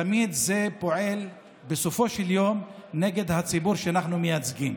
תמיד זה פועל בסופו של יום נגד הציבור שאנחנו מייצגים.